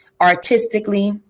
artistically